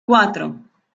cuatro